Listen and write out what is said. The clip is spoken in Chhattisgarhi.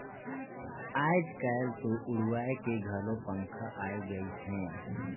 आयज कायल तो उड़वाए के घलो पंखा आये गइस हे